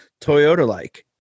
Toyota-like